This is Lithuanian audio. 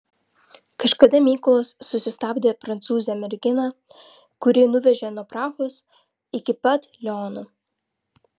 kažkada mykolas susistabdė prancūzę merginą kuri nuvežė nuo prahos iki pat liono